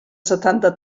setanta